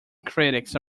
critics